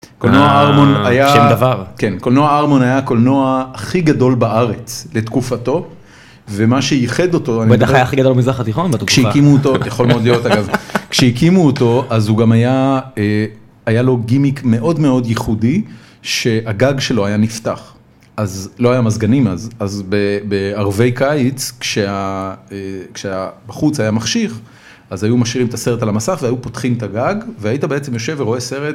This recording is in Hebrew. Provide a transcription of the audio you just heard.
קולנוע ארמון היה... שם דבר.. כן, קולנוע ארמון היה הקולנוע הכי גדול בארץ לתקופתו, ומה שייחד אותו.. בטח היה גם הכי גדול במזרח התיכון...יכול מאוד להיות, אגב... כשהקימו אותו, אז הוא גם היה, היה לו גימיק מאוד מאוד ייחודי, שהגג שלו היה נפתח, אז לא היה מזגנים, אז בערבי קיץ, כשהחוץ היה מחשיך, אז היו משאירים את הסרט על המסך והיו פותחים את הגג והיית בעצם יושב ורואה סרט.